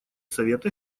совета